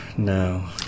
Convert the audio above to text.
No